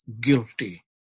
guilty